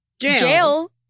Jail